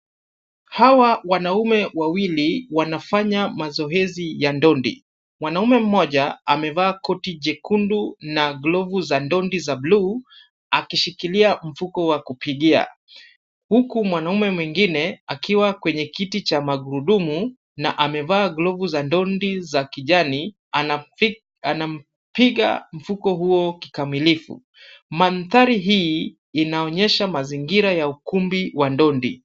Hawa wanaume wawili wanafanya mazoezi ya ndondi, Mwanamume mmoja amevaa koti jekundu na glovu za ndondi za buluu akishikilia mfuko wa kupigia, huku mwanamume mwingine akiwa kwenye kiti cha magurudumu na amevaa glovu za ndondi za kijani anampiga mfuko huo kikamilifu. Mandhari hii inaonyesha mazingira ya ukumbi wa ndondi.